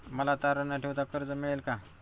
मला तारण न ठेवता कर्ज मिळेल का?